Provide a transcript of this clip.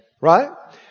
Right